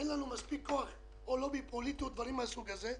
אין לנו מספיק כוח או לובי פוליטי או דברים מן הסוג הזה.